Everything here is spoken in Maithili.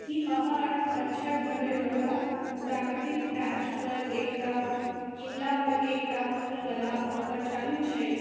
की मामाअर्थ मच्छर भगबयवला प्राकृतिक पैचपर एकटा किनलापर एकटा मङ्गनीबला ऑफर चालू छै